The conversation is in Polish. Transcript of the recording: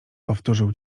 powtórzył